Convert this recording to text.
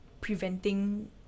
preventing